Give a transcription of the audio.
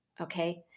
Okay